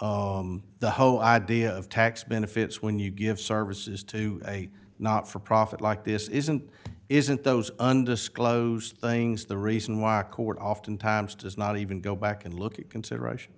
the whole idea of tax benefits when you give services to a not for profit like this isn't isn't those undisclosed things the reason why our court oftentimes does not even go back and look at consideration